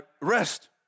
rest